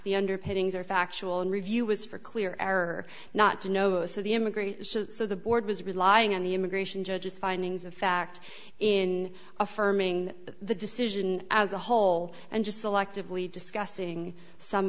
the underpinnings are factual and review was for clear error not to know so the emigrate so the board was relying on the immigration judge's findings of fact in affirming the decision as a whole and just selectively discussing some